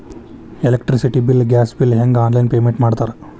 electricity bill gas bill ಹೆಂಗ online payment ಮಾಡ್ತಾರಾ